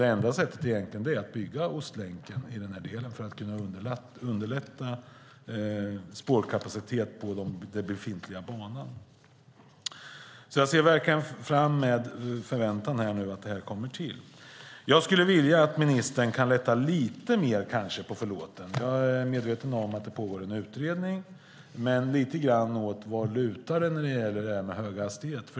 Det enda sättet är egentligen att bygga Ostlänken i denna del för att kunna underlätta spårkapacitet på den befintliga banan. Jag ser verkligen med förväntan fram mot att detta kommer till. Jag skulle vilja att ministern lättar lite mer på förlåten. Jag är medveten om att en utredning pågår, men jag skulle vilja höra lite mer om vartåt det lutar när det gäller höghastighet.